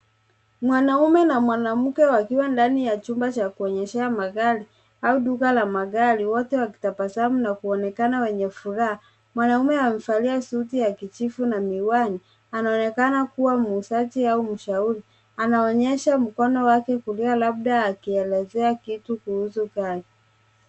Mwanaume na mwanamke wakiwa ndani ya chumba cha kuonyeshea magari, au duka la magari, wote wakitabasamu na kuonekana wenye furaha. Mwanaume amevalia suti ya kijivu na miwani. Anaonekana kuwa muuzaji au mshauri. Anaonyesha mkono wake kulia, labda akielezea kitu kuhusu gari.